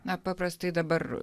na paprastai dabar